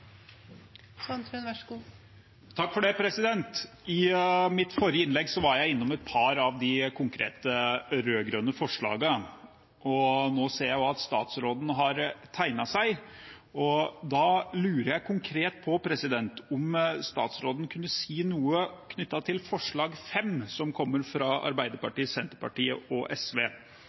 I mitt forrige innlegg var jeg innom et par av de konkrete rød-grønne forslagene. Nå ser jeg at statsråden har tegnet seg, og da lurer jeg konkret på om statsråden kunne si noe knyttet til forslag nr. 5, som kommer fra Arbeiderpartiet, Senterpartiet og SV.